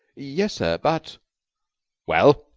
yes, sir, but well?